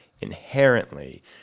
inherently